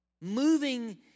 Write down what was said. moving